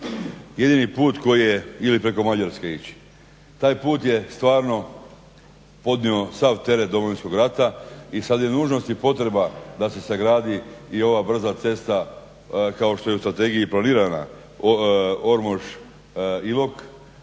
Jedini put koji je, ili preko Mađarske ići. Taj put je stvarno podnio sav teret Domovinskog rata i sad je nužnost i potreba da se sagradi i ova brza cesta kao što je u strategiji i planirana Ormoš-Ilok.